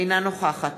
אינה נוכחת